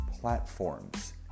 platforms